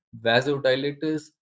vasodilators